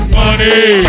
money